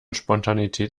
spontanität